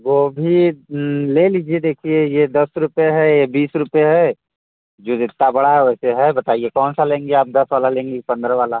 गोभी ले लीजिए देखिए ये दस रुपए है ये बीस रूपए है जो जितना बड़ा है वैसे है बताइए कौन सा लेंगी आप दस वाला लेंगी पंद्रह वाला